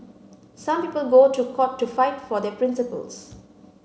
some people go to court to fight for their principles